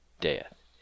death